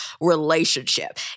relationship